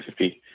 50